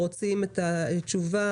רוצים את התשובה,